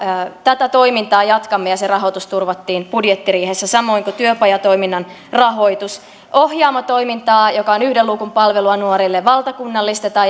tätä toimintaa jatkamme ja se rahoitus turvattiin budjettiriihessä samoin kuin työpajatoiminnan rahoitus ohjaamo toimintaa joka on yhden luukun palvelua nuorille valtakunnallistetaan